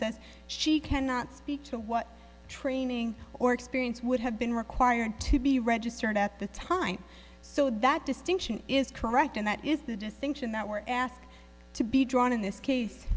says she cannot speak to what training or experience would have been required to be registered at the time so that distinction is correct and that is the distinction that were asked to be drawn in this case